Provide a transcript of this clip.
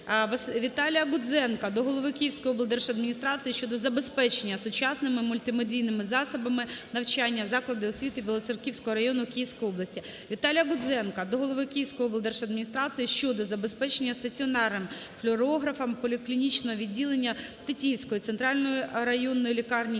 Віталія Гудзенка до голови Київської облдержадміністрації щодо забезпечення сучасними мультимедійними засобами навчання заклади освіти Білоцерківського району Київської області. Віталія Гудзенка до голови Київської облдержадміністрації щодо забезпечення стаціонарним флюорографом поліклінічне відділення Тетіївської центральної районної лікарні Київської області.